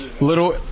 Little